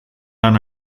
lan